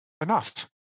enough